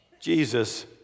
Jesus